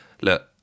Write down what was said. Look